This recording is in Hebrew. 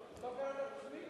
קראת את שמי.